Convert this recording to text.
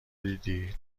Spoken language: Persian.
دیدی